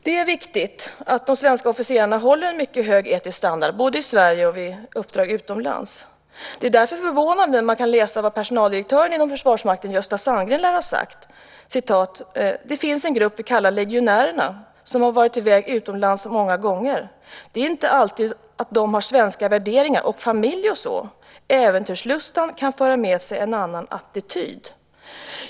Det är viktigt att de svenska officerarna håller en mycket hög etisk standard, både i Sverige och vid uppdrag utomlands. Det är därför förvånande när man läser vad personaldirektören inom Försvarsmakten, Gösta Sandgren, lär ha sagt: Det finns en grupp vi kallar legionärerna som har varit i väg utomlands många gånger. Det är inte alltid att de har svenska värderingar och familj och så. Äventyrslustan kan föra med sig en annan attityd.